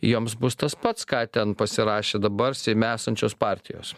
joms bus tas pats ką ten pasirašė dabar seime esančios partijos